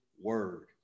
word